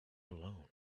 alone